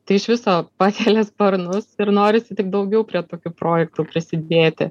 tai iš viso pakelia sparnus ir norisi tik daugiau prie tokių projektų prisidėti